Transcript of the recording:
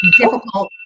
difficult